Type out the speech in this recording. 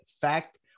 Fact